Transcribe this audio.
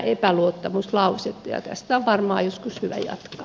tästä on varmaan joskus hyvä jatkaa